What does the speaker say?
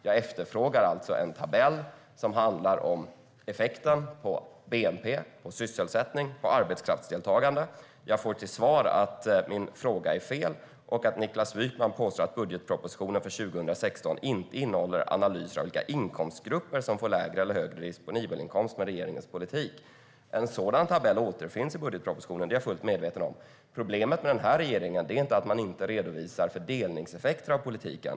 Jag efterfrågar alltså en tabell som handlar om effekten på bnp, sysselsättning och arbetskraftsdeltagande. Jag får till svar att min fråga är fel. Finansministern säger: "Niklas Wykman påstår att budgetpropositionen för 2016 inte innehåller analyser av vilka inkomstgrupper som får lägre eller högre disponibel inkomst med regeringens politik." Jag är fullt medveten om att en sådan tabell återfinns i budgetpropositionen. Problemet med denna regering är inte att man inte redovisar fördelningseffekter av politiken.